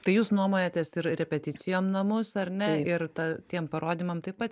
tai jūs nuomojatės ir ir repeticijom namus ar ne ir ta tiem parodymam taip pat